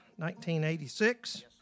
1986